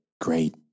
great